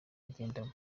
agendamo